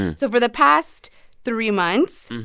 so for the past three months,